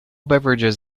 beverages